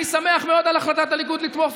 אני שמח מאוד על החלטת הליכוד לתמוך.